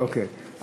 חוק חוזה הביטוח (תיקון מס' 6),